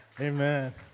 Amen